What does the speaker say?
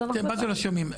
מה זה לא שומעים?